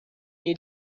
nie